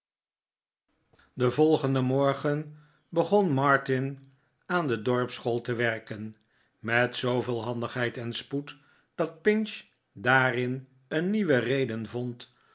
den volgenden morgen begon martin aan de dorpsschool te werken met zooveel handigheid en spoed dat pinch daarin een nieuwe reden vond